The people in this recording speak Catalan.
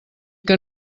que